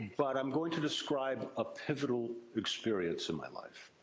but i am going to describe a pivotal experience in my life.